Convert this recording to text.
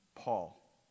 Paul